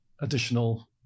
additional